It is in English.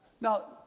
Now